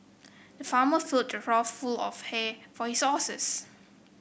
the farmer filled a trough full of hay for his horses